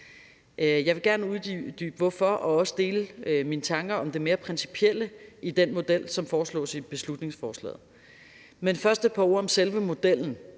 Jeg vil gerne uddybe hvorfor og også dele mine tanker om det mere principielle i den model, som foreslås i beslutningsforslaget. Men først et par ord om selve modellen.